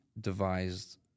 devised